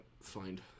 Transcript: find